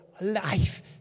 life